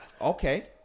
Okay